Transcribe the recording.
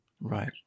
Right